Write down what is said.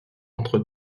entre